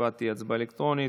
ההצבעה תהיה הצבעה אלקטרונית.